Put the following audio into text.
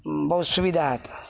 ବହୁତ ସୁବିଧା ହେତା